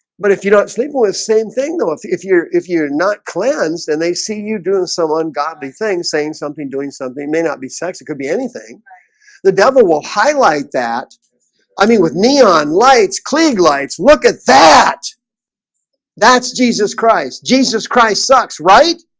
but if you don't sleep with same thing though if if you're if you're not cleansed and they see you doing some ungodly thing saying something doing something may not be sex it could be anything the devil will highlight that i mean with neon lights klieg lights. look at that that's jesus christ. jesus christ sucks. right?